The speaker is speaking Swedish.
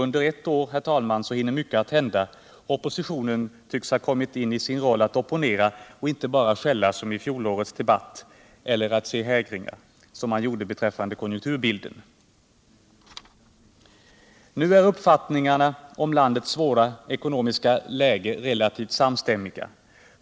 Under ett år hinner mycket hända, och oppositionen tycks ha kommit in i sin roll att opponera och inte bara skälla, som i fjolårets debatt, eller att se hägringar som man gjorde beträffande konjunkturbilden. Nu är uppfattningarna om landets svåra ekonomiska läge relativt samstämmiga.